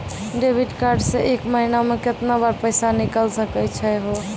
Debit card से एक महीना मा केतना बार पैसा निकल सकै छि हो?